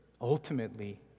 ultimately